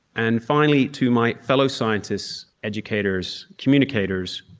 and finally to my fellow scientists, educators, communicators,